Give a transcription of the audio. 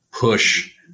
push